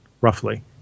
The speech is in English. roughly